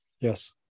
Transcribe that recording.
Yes